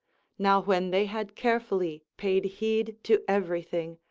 now when they had carefully paid heed to everything,